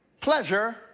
pleasure